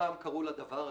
פעם קראו לזה "טיפוס"